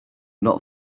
not